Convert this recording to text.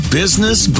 business